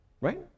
Right